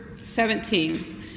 17